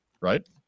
Right